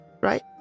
Right